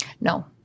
no